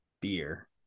beer